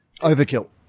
overkill